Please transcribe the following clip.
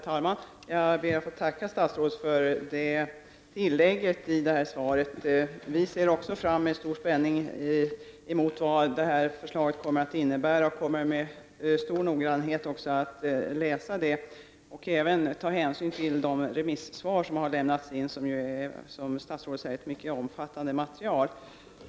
Herr talman! Jag ber att få tacka statsrådet för detta tillägg till svaret. Vi ser också med stor spänning fram emot vad detta förslag kommer att innebära. Vi kommer även att läsa det med stor noggrannhet och ta hänsyn till de remissvar som har lämnats in. Detta är ju, som statsrådet säger, ett mycket omfattande material.